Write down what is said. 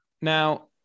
now